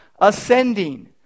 ascending